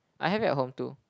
I have it at home too